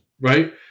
Right